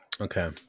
Okay